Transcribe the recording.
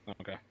Okay